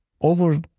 over